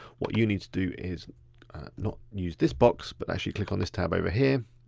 what you need to do is not use this box but actually click on this tab over here